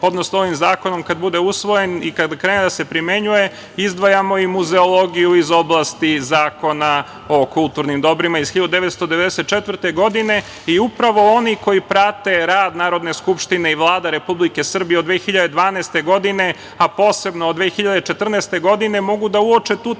odnosno ovim zakonom kad bude usvojen i kad krene da se primenjuje, izdvajamo i muzeologiju iz Zakona o kulturnim dobrima iz 1994. godine. Upravo oni koji prate rad Narodne skupštine i Vlada Republike Srbije od 2012. godine, a posebno od 2014. godine, mogu da uoče tu